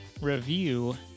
review